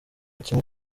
kimwe